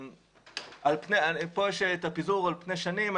כאן יש את הפיזור על פני שנים.